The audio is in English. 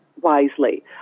wisely